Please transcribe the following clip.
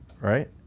Right